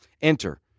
enter